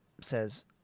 says